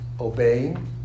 obeying